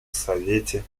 совете